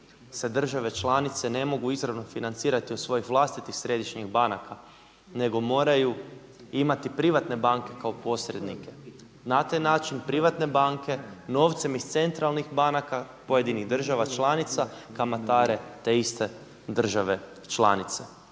se države članice ne mogu izravno financirati od svojih vlastitih središnjih banaka nego moraju imati privatne banke kao posrednike. Na taj način privatne banke novcem iz centralnih banaka pojedinih država članica kamatare te iste države članice.